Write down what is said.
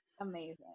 amazing